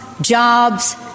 jobs